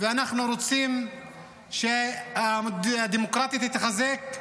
ואנחנו רוצים שהדמוקרטיה תתחזק,